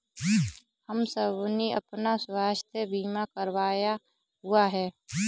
हम सबने अपना स्वास्थ्य बीमा करवाया हुआ है